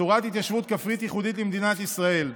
צורת התיישבות כפרית ייחודית למדינת ישראל,